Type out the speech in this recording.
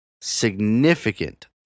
significant